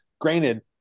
Granted